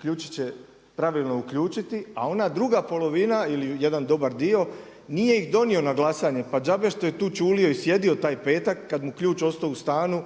ključiće pravilno uključiti a ona druga polovina ili jedan dobar dio nije ih donio na glasanje, pa đžaba što je tu ćulio i sjedio taj petak kada mu je ključ ostao u stanu